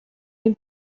den